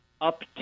up